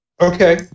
okay